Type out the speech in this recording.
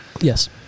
Yes